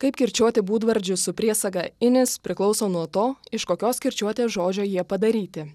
kaip kirčiuoti būdvardžius su priesaga inis priklauso nuo to iš kokios kirčiuotės žodžio jie padaryti